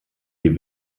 die